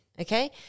Okay